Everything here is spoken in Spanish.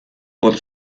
por